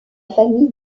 famille